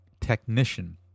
technician